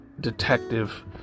detective